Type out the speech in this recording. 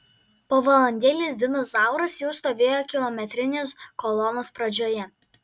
po valandėlės dinas zauras jau stovėjo kilometrinės kolonos pradžioje